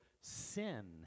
sin